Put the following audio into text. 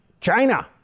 China